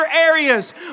areas